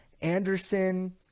Anderson